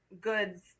goods